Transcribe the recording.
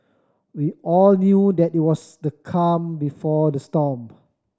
we all knew that it was the calm before the storm